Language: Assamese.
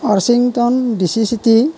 Washington D C city